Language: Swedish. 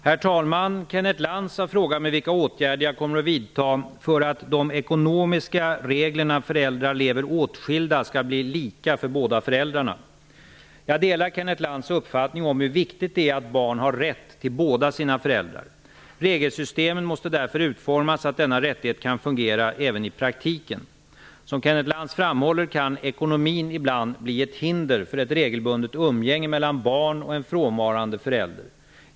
Herr talman! Kenneth Lantz har frågat mig vilka åtgärder jag kommer att vidta för att de ekonomiska reglerna för föräldrar som lever åtskilda skall bli lika för båda föräldrarna. Jag delar Kenneth Lantz uppfattning om hur viktigt det är att barn har rätt till båda sina föräldrar. Regelsystemen måste därför utformas så att denna rättighet kan fungera även i praktiken. Som Kenneth Lantz framhåller kan ekonomin ibland bli ett hinder för ett regelbundet umgänge mellan barn och en frånvarande förälder.